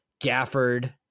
Gafford